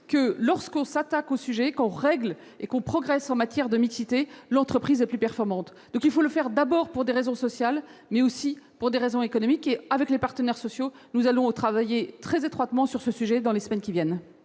que lorsque l'on s'attaque au sujet et que l'on progresse en matière de mixité, l'entreprise est plus performante. Il faut donc régler ce problème, d'abord pour des raisons sociales, mais aussi pour des raisons économiques. Avec les partenaires sociaux, nous allons travailler très étroitement sur ce sujet dans les semaines qui viennent.